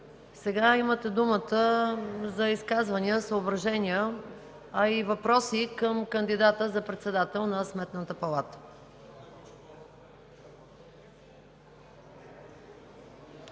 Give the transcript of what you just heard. Сега имате думата за изказвания, съображения, а и въпроси към кандидата за председател на Сметната палата.